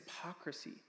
hypocrisy